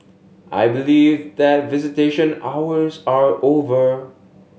I believe that visitation hours are over